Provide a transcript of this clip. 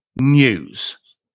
news